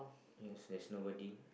yes there is nobody